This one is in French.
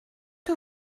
que